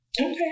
okay